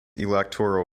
electoral